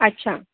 अच्छा